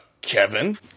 Kevin